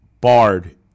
barred